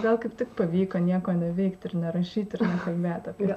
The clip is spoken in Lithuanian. gal kaip tik pavyko nieko neveikti ir nerašyti ir nekalbėt apie